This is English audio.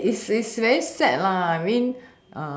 it it's it's very sad lah I mean